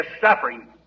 suffering